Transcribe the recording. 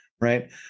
right